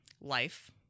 life